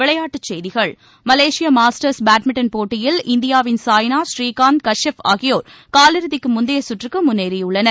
விளையாட்டுச் செய்திகள் மலேசிய மாஸ்டர்ஸ் பேட்மின்டன் போட்டியில் இந்தியாவின் சாய்னா ஸ்ரீகாந்த் கஷ்யப் ஆகியோர் காலிறுதிக்கு முந்தைய சுற்றுக்கு முன்னேறியுள்ளனர்